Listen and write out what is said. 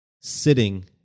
Sitting